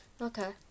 Okay